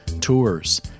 tours